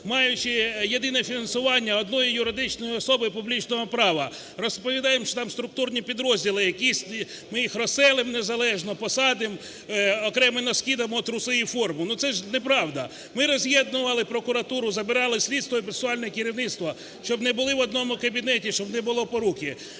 маючи єдине фінансування однієї юридичної особи публічного права. Розповідаємо, що там структурні підрозділи, ми їх розселимо, незалежно посадимо, окремі носки дамо, труси і форму. Ну, це ж неправда. Ми роз'єднували прокуратуру, забирали слідство і процесуальне керівництво, щоб не були в одному кабінеті, щоб не було поруки.